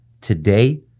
today